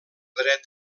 dret